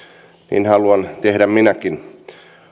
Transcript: niin haluan tehdä minäkin